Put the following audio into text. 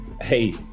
Hey